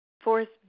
forest